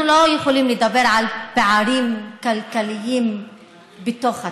אנחנו לא יכולים לדבר על פערים כלכליים בתוך התקציב.